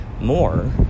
more